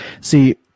see